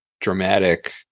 dramatic